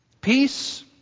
Peace